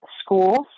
schools